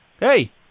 Hey